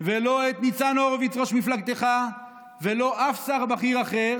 ולא את ניצן הורוביץ ראש מפלגתך ולא אף שר בכיר אחר,